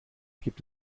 gibt